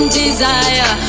desire